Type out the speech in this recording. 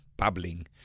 bubbling